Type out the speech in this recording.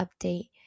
update